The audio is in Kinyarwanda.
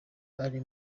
ari